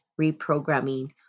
reprogramming